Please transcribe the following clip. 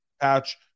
Patch